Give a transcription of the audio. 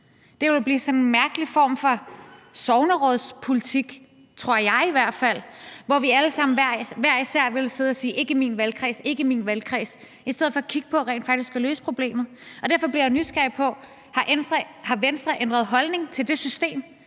Det ville jo blive en mærkelig form for sognerådspolitik, tror jeg i hvert fald, hvor vi alle sammen hver især ville sidde og sige, at det ikke skulle være i vores valgkreds, i stedet for at kigge på rent faktisk at løse problemet. Derfor bliver jeg nysgerrig på: Har Venstre ændret holdning til det system,